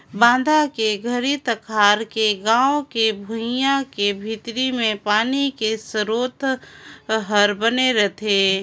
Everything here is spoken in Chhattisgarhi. बांधा के घरी तखार के गाँव के भुइंया के भीतरी मे पानी के सरोत हर बने रहथे